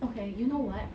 okay you know what